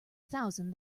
thousand